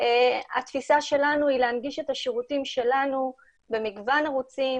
התפיסה שלנו היא להנגיש את השירותים שלנו במגוון ערוצים